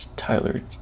Tyler